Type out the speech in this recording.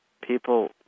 people